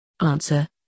Answer